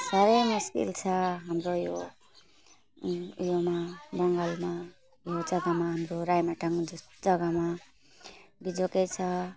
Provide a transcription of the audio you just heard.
साह्रै मुस्किल छ हाम्रो यो उयोमा बङ्गालमा यो जग्गामा हाम्रो राइमटाङ जस्तो जग्गामा बिजोकै छ